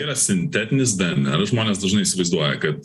yra sintetinis dnr žmonės dažnai įsivaizduoja kad